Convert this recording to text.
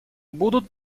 будут